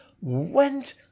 went